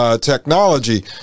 Technology